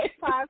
five